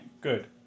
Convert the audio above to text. good